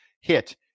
hit